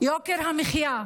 יוקר המחיה?